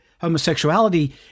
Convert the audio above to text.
homosexuality